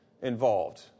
Involved